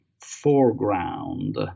foreground